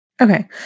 Okay